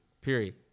Period